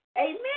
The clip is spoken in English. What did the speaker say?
Amen